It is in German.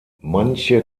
manche